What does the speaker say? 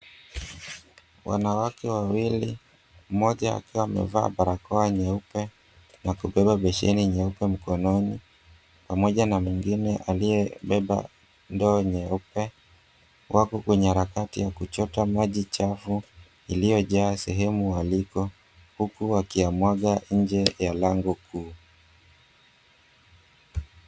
Wanawake wawili, mmoja akiwa amevaa barakoa nyeupe na kubeba beseni nyeupe mkononi pam𝑜ja na mwingine aliyebeba ndoo nyeupe wako kwenye harakati ya kuchota maji chafu iliyojaa sehemu waliko huku wakiyamwaga nje ya lango kuu.